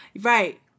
right